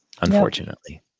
unfortunately